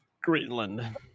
Greenland